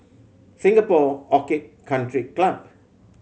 Singapore Orchid Country Club